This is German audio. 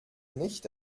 nicht